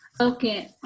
Okay